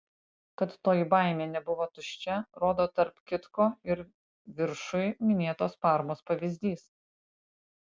kad toji baimė nebuvo tuščia rodo tarp kitko ir viršuj minėtos parmos pavyzdys